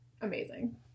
amazing